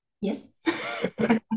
Yes